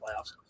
playoffs